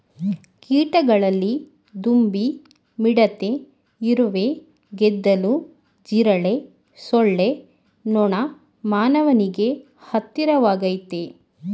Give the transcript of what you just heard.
ಕೀಟಗಳಲ್ಲಿ ದುಂಬಿ ಮಿಡತೆ ಇರುವೆ ಗೆದ್ದಲು ಜಿರಳೆ ಸೊಳ್ಳೆ ನೊಣ ಮಾನವನಿಗೆ ಹತ್ತಿರವಾಗಯ್ತೆ